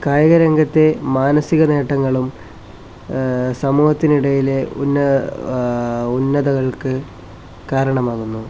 കായിക രംഗത്തെ മാനസിക നേട്ടങ്ങളും സമൂഹത്തിനിടയിലെ ഉന്ന ഉന്നതകൾക്കു കാരണമാകുന്നു